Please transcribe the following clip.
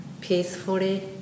peacefully